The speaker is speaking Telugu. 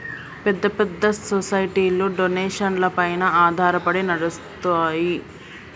పెద్ద పెద్ద సొసైటీలు డొనేషన్లపైన ఆధారపడి నడుస్తాయి